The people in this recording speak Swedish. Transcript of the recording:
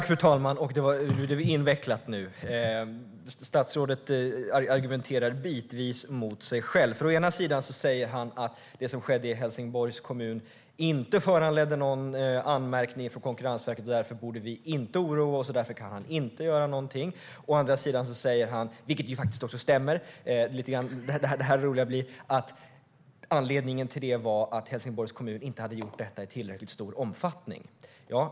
Fru talman! Nu blev det invecklat. Statsrådet argumenterar bitvis mot sig själv. Han säger å ena sidan att det som skedde i Helsingborgs kommun inte föranledde någon anmärkning från Konkurrensverket. Därför borde vi inte oroa oss, och därför kan han inte göra någonting. Han säger å andra sidan - vilket också stämmer, och det är här det blir roligt - att anledningen till det var att Helsingborgs kommun inte hade gjort detta i tillräckligt stor omfattning.